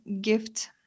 gift